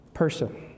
person